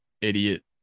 idiot